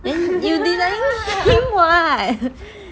he didn't drink [what]